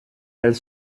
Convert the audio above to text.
elles